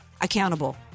accountable